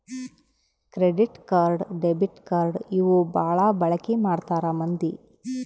credit card debit card ಇವು ಬಾಳ ಬಳಿಕಿ ಮಾಡ್ತಾರ ಮಂದಿ